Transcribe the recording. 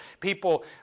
People